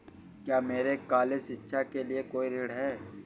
क्या मेरे कॉलेज शिक्षा के लिए कोई ऋण है?